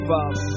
Father